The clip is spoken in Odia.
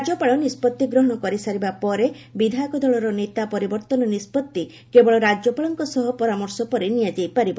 ରାଜ୍ୟପାଳ ନିଷ୍ପତ୍ତି ଗ୍ରହଣ କରିସାରିବା ପରେ ବିଧାୟକ ଦଳର ନେତା ପରିବର୍ତ୍ତନ ନିଷ୍କଭି କେବଳ ରାଜ୍ୟପାଳଙ୍କ ସହ ପରାମର୍ଶ ପରେ ନିଆଯାଇପାରିବ